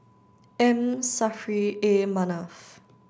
M Saffri A Manaf